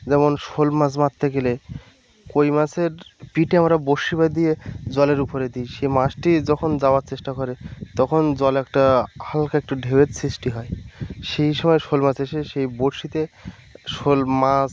যেমন শোল মাছ মারতে গেলে কই মাছের পিঠে আমরা বড়শি বাঁধিয়ে জলের উপরে দিই সে মাছটি যখন যাওয়ার চেষ্টা করে তখন জলে একটা হালকা একটু ঢেউয়ের সৃষ্টি হয় সেই সময় শোল মাছ এসে সেই বড়শিতে শোল মাছ